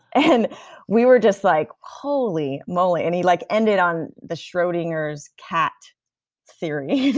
and we were just like, holy moly. and he like ended on the schrodinger's cat theory.